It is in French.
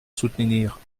soutenir